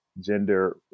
gender